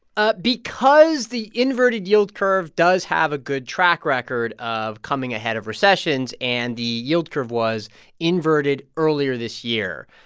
ah because the inverted yield curve does have a good track record of coming ahead of recessions, and the yield curve was inverted earlier this year.